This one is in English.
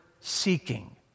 seeking